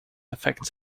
affects